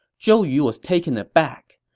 zhou yu was taken aback.